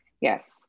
Yes